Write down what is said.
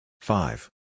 five